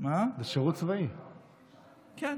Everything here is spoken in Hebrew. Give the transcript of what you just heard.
כן.